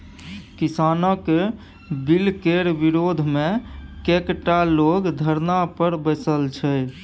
किसानक बिलकेर विरोधमे कैकटा लोग धरना पर बैसल छै